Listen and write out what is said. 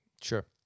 Sure